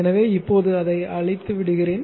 எனவே இப்போது அதை அழிக்க விடுகிறேன்